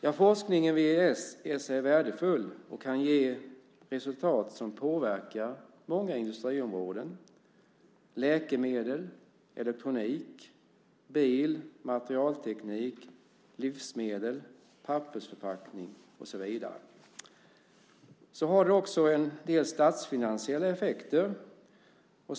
Ja, forskningen vid ESS är värdefull och kan ge resultat som påverkar många industriområden - läkemedel, elektronik, bil, materialteknik, livsmedel, pappersförpackning och så vidare. Det har också en del statsfinansiella effekter.